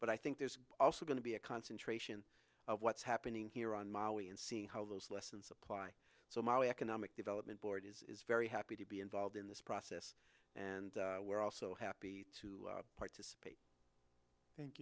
but i think there's also going to be a concentration of what's happening here on maui and see how those lessons apply so my economic development board is very happy to be involved in this process and we're also happy to participate thank